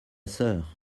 sœur